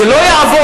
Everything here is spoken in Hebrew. זה לא יעבור.